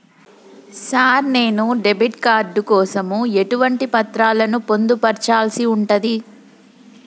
Sir నేను debit card కోసం ఎటువంటి పత్రాలను పొందుపర్చాల్సి ఉంటది?